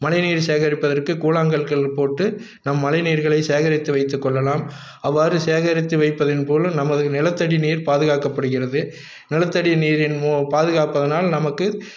மழை நீர் சேகரிப்பதற்கு கூழாங்கற்கள் போட்டு நம் மழை நீர்களை சேகரித்து வைத்துக்கொள்ளலாம் அவ்வாறு சேகரித்து வைப்பதன் மூலம் நமது நிலத்தடி நீர் பாதுகாக்கப்படுகிறது நிலத்தடி நீரின் மு பாதுகாப்பதனால் நமக்கு